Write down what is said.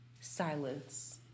silence